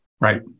Right